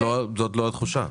זאת לא התחושה.